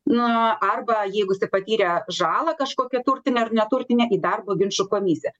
na arba jeigu jisai patyrė žalą kažkokią turtinę ar neturtinę į darbo ginčų komisiją